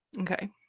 okay